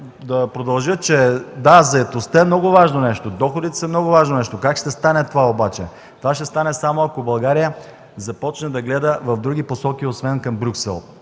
да, заетостта е много важно нещо, доходите са много важно нещо, как ще стане това обаче? Това ще стане, само ако България започне да гледа в други посоки, освен към Брюксел.